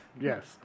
Yes